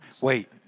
Wait